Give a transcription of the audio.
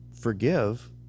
forgive